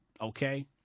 Okay